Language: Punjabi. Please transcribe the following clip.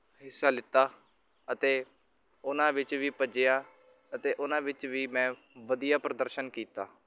ਹਿੱਸਾ ਲਿੱਤਾ ਅਤੇ ਉਹਨਾਂ ਵਿੱਚ ਵੀ ਭੱਜਿਆ ਅਤੇ ਉਹਨਾਂ ਵਿੱਚ ਵੀ ਮੈਂ ਵਧੀਆ ਪ੍ਰਦਰਸ਼ਨ ਕੀਤਾ